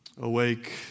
Awake